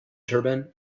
turbine